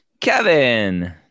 Kevin